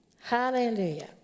Hallelujah